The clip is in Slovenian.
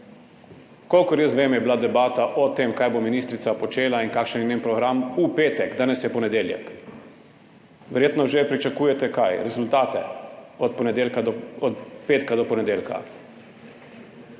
Kolikor jaz vem, je bila debata o tem, kaj bo ministrica počela in kakšen je njen program, v petek. Danes je ponedeljek. Verjetno že pričakujete – kaj? Rezultate od petka do ponedeljka?